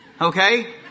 Okay